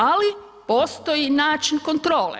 Ali postoji način kontrole.